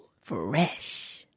Fresh